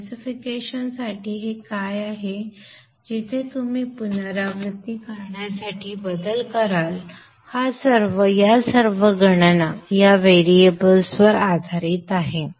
तर स्पेसिफिकेशन साठी हे काय आहे जिथे तुम्ही पुनरावृत्ती करण्यासाठी बदल कराल या सर्व गणना या व्हेरिएबल्सवर आधारित आहेत